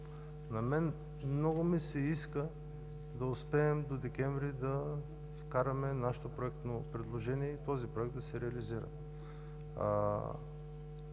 На мен много ми се иска да успеем до декември да вкараме нашето проектно предложение и този проект да се реализира.